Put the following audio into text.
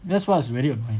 that's what's very annoying